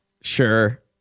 Sure